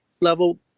level